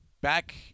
Back